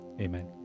Amen